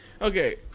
Okay